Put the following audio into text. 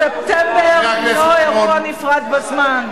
ספטמבר הוא לא אירוע נפרד בזמן.